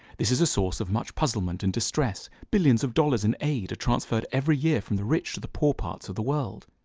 this is a source of much puzzlement and distress. billions of dollars in aid are transferred every year from the rich to the poor parts of the world.